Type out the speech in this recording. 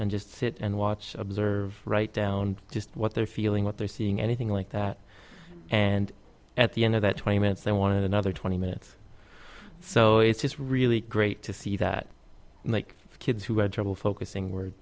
and just sit and watch observe write down just what they're feeling what they're seeing anything like that and at the end of that twenty minutes they wanted another twenty minutes so it's really great to see that like kids who had trouble focusing w